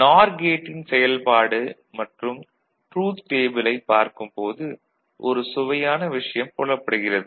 நார் கேட்டின் செயல்பாடு மற்றும் ட்ரூத் டேபிளைப் பார்க்கும் போது ஒரு சுவையான விஷயம் புலப்படுகிறது